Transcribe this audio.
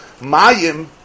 Mayim